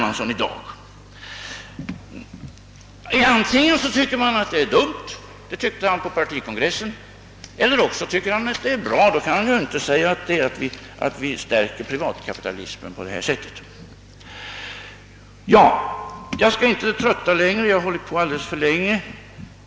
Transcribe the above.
Antingen tycker man att det är dumt — det tyckte herr Hermansson på partikongressen — eller också tycker man att det är bra. I det senare fallet kan man inte samtidigt säga att vi stärker privatkapitalismen genom den nya banken. Jag skall inte trötta kammarens ledamöter längre.